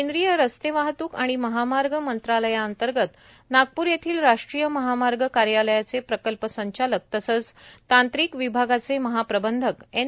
केंद्रीय रस्ते वाहत्क आणि महामार्ग मंत्रालयांतर्गत नागपूर येथील राष्ट्रीय महामार्ग कार्यालयाचे प्रकल्प संचालक तसेच तांत्रिक विभागाचे महाप्रबंधक एन